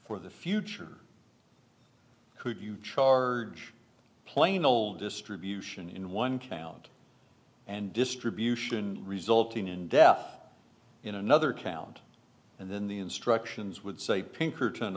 for the future could you charge plain old distribution in one count and distribution resulting in deaf in another county and then the instructions would say pinkerton